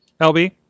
LB